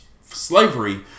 slavery